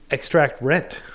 extract rent,